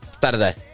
Saturday